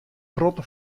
protte